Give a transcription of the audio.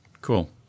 Cool